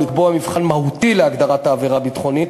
ולקבוע מבחן מהותי להגדרת העבירה הביטחונית,